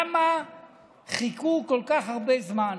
למה חיכו כל כך הרבה זמן?